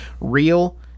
real